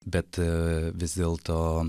bet a vis dėlto